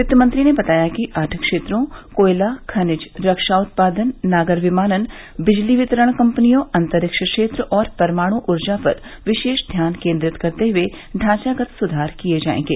वित्तमंत्री ने बताया कि आठ क्षेत्रों कोयला खनिज रक्षा उत्पादन नागर विमानन बिजली वितरण कंपनियों अंतरिक्ष क्षेत्र और परमाणु ऊर्जा पर विशेष ध्यान केंद्रित करते हुए ढांचागत सुधार किए जाएंगे